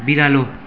बिरालो